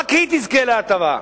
רק היא תזכה להטבה.